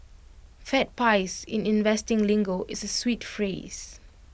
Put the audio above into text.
fat pies in investing lingo is A sweet phrase